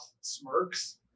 smirks